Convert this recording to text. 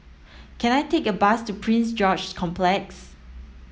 can I take a bus to Prince George's Park